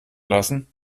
lassen